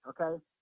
okay